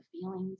feelings